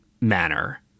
manner